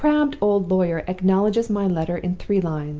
the crabbed old lawyer acknowledges my letter in three lines.